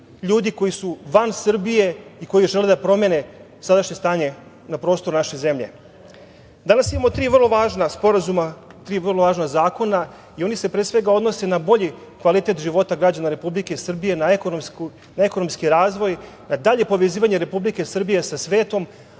ljudi koji su van Srbije i koji žele da promene sadašnje stanje na prostoru naše zemlje. Danas imamo tri vrlo važna sporazuma, tri vrlo važna zakona i oni se pre svega odnose na bolji kvalitet života građana Republike Srbije, na ekonomski razvoj, na dalje povezivanje Republike Srbije sa svetom,